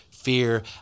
fear